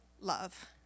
love